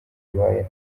bibaye